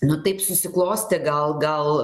nu taip susiklostė gal gal